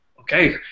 okay